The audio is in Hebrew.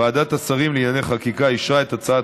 ועדת השרים לענייני חקיקה אישרה את הצעת